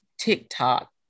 TikTok